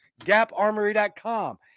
GapArmory.com